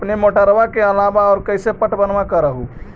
अपने मोटरबा के अलाबा और कैसे पट्टनमा कर हू?